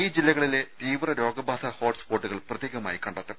ഈ ജില്ലകളിലെ തീവ്ര രോഗബാധാ ഹോട്ട്സ്പോട്ടുകൾ പ്രത്യേകമായി കണ്ടെത്തും